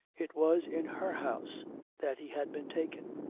it was in her house that he had been taken,